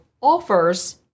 offers